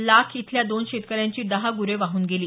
लाख इथल्या दोन शेतकऱ्यांची दहा गुरे वाहून गेली